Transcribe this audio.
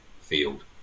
field